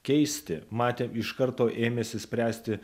keisti matėm iš karto ėmėsi spręsti